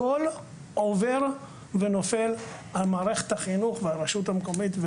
הכול עובר ונופל על מערכת החינוך ועל הרשות המקומית,